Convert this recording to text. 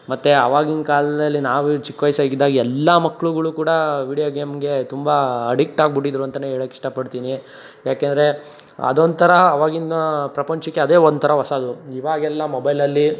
ಮತ್ತೆ ಆವಾಗಿನ ಕಾಲದಲ್ಲಿ ನಾವು ಚಿಕ್ಕ ವಯಸ್ಸಾಗಿದ್ದಾಗ ಎಲ್ಲ ಮಕ್ಕಳುಗಳು ಕೂಡ ವೀಡಿಯೋ ಗೇಮ್ಗೆ ತುಂಬ ಅಡಿಕ್ಟಾಗಿ ಬಿಟ್ಟಿದ್ರು ಅಂತಲೇ ಹೇಳೋಕೆ ಇಷ್ಟಪಡ್ತೀನಿ ಏಕೆಂದ್ರೆ ಅದೊಂಥರ ಆವಾಗಿನ ಪ್ರಪಂಚಕ್ಕೆ ಅದೇ ಒಂಥರ ಹೊಸದು ಇವಾಗೆಲ್ಲ ಮೊಬೈಲಲ್ಲಿ